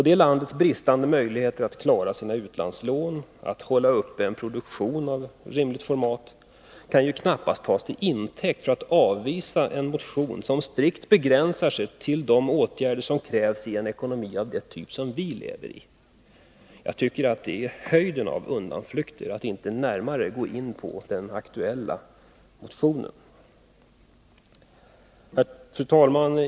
Det landets oförmåga att klara sina utlandslån och att hålla uppe en produktion av rimligt format kan ju knappast tas till intäkt för att avvisa en motion som strikt begränsar sig till de åtgärder som krävs i en ekonomi av vår typ. Jag tycker att det är höjden av undanflykt att inte närmare gå in på den här aktuella motionen. Fru talman!